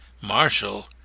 Marshall